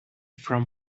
from